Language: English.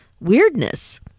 weirdness